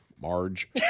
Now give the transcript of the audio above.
Marge